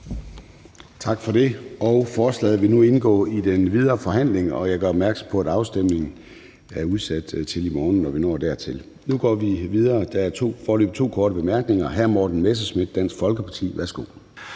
Tak for det. Forslaget til vedtagelse vil nu indgå i den videre forhandling. Jeg gør opmærksom på, at afstemningen er udsat til i morgen, når vi når dertil. Nu går vi videre. Der er foreløbig to korte bemærkninger. Hr. Morten Messerschmidt, Dansk Folkeparti. Værsgo.